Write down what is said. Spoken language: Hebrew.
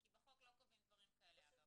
כי בחוק לא קובעים דברים כאלה, אגב.